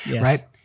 right